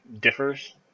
differs